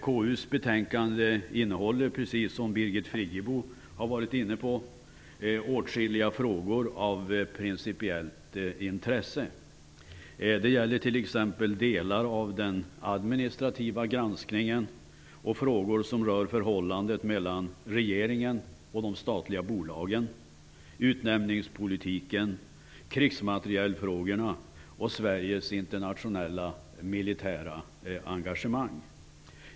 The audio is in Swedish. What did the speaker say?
KU:s betänkande innehåller, precis som Birgit Friggebo sade, åtskilliga frågor av principiellt intresse. Det gäller t.ex. delar av den administrativa granskningen och frågor som rör förhållandet mellan regeringen och de statliga bolagen, utnämningspolitiken, krigsmaterielfrågorna och Sveriges internationella militära engagemang.